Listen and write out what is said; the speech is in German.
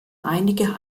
einige